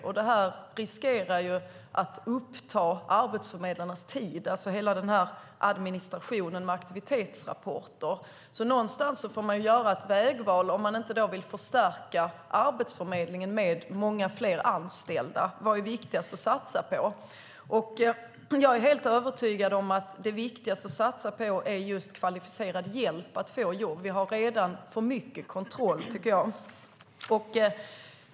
Hela administrationen med aktivitetsrapporter riskerar att uppta arbetsförmedlarnas tid. Någonstans får man göra ett vägval, om man inte vill förstärka Arbetsförmedlingen med många fler anställda. Vad är viktigast att satsa på? Jag är helt övertygad om att det viktigaste att satsa på är kvalificerad hjälp att få jobb. Jag tycker att vi redan har mycket kontroll.